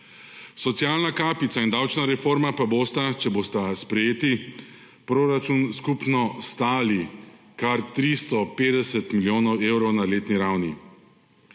Socialna kapica in davčna reforma pa bosta, če bosta sprejeti, proračun skupno stali kar 350 milijonov evrov na letni ravni,